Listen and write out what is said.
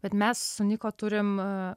bet mes su noko turim a